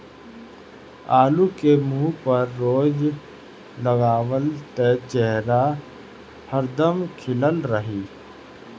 आलू के मुंह पर रोज लगावअ त चेहरा हरदम खिलल रही